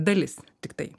dalis tiktai